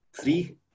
three